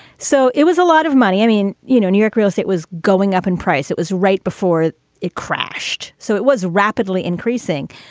so it was a lot of money. i mean, you know, new york real estate was going up in price. it was right before it it crashed. so it was rapidly increasing.